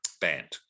banned